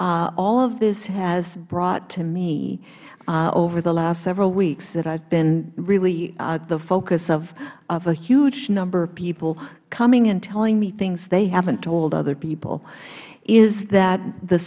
that all of this has brought to me over the last several weeks that i have been really the focus of a huge number of people coming and telling me things they haven't told other people is that the